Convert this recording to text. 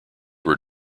were